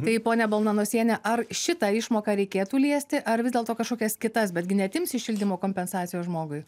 tai ponia balnanosiene ar šitą išmoką reikėtų liesti ar vis dėlto kažkokias kitas bet gi neatimsi šildymo kompensacijos žmogui